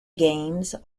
games